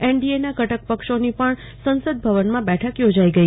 એનડીએના ઘટક પક્ષોની પણ સંસદ ભવનમાં બેઠક યોજાઈ ગઈ